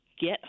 Get